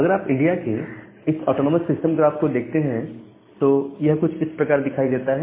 अगर आप इंडिया के इस ऑटोनॉमस सिस्टम ग्राफ को देखते हैं तो यह कुछ इस प्रकार दिखाई देता है